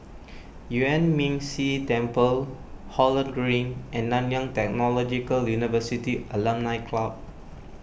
Yuan Ming Si Temple Holland Green and Nanyang Technological University Alumni Club